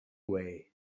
way